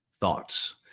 thoughts